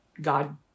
God